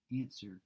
answer